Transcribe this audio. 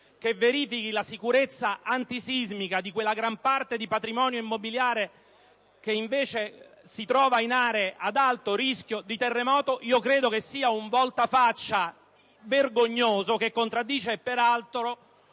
che verifichi la sicurezza antisismica di quella gran parte di patrimonio immobiliare che si trova in aree ad alto rischio di terremoto credo sia un voltafaccia vergognoso, che contraddice peraltro